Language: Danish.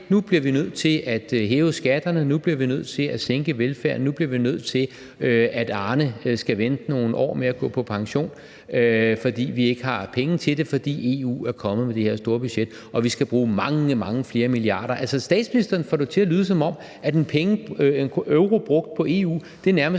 Nu bliver vi nødt til at hæve skatterne, nu bliver vi nødt til at sænke velfærden, nu bliver vi nødt til at lade Arne vente i nogle år med at gå på pension, for vi har ikke penge til det, fordi EU er kommet med det her store budget og vi skal bruge mange, mange flere milliarder. Altså, statsministeren får det jo til at lyde, som om en euro brugt på EU nærmest